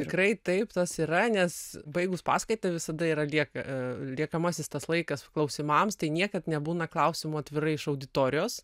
tikrai taip tas yra nes baigus paskaitą visada yra lieka liekamasis tas laikas klausimams tai niekad nebūna klausimų atvirai iš auditorijos